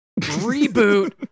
reboot